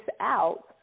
out